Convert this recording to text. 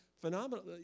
phenomenal